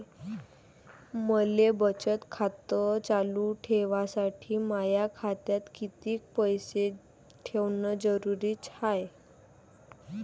मले बचत खातं चालू ठेवासाठी माया खात्यात कितीक पैसे ठेवण जरुरीच हाय?